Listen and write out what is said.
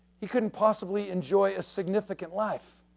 he couldn't possibly enjoy a significant life.